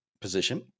position